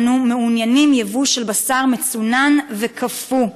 אנו מעוניינים בייבוא של בשר מצונן וקפוא.